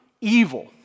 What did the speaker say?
Evil